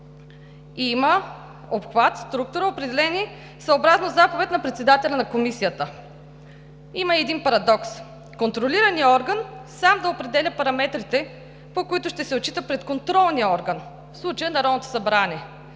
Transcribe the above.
Има обхват, структура, определени съобразно заповед на председателя на Комисията. Има и един парадокс – контролираният орган сам да определя параметрите, по които ще се отчита пред контролния орган, в случая